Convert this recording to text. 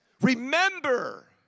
remember